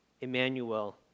Emmanuel